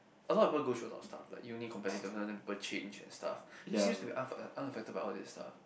a lot of people go through a lot of stuff like uni competitor then after that people change and stuff he seems to be unaffect~ unaffected by all this stuff